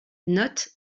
notes